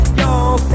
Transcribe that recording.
y'all